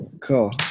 cool